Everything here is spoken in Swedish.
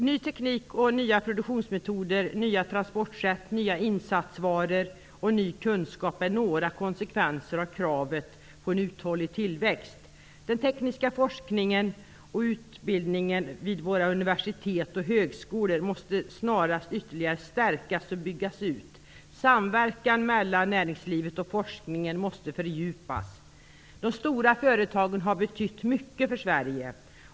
Ny teknik, nya produktionsmetoder, nya transportsätt, nya insatsvaror och ny kunskap är några konsekvenser av kravet på en uthållig tillväxt. Den tekniska forskningen och utbildningen vid våra universitet och högskolor måste snarast ytterligare stärkas och byggas ut. Samverkan mellan näringslivet och forskningen måste fördjupas. De stora företagen har betytt mycket för Sverige.